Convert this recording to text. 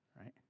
right